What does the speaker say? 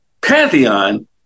Pantheon